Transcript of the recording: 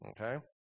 okay